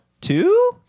two